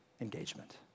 engagement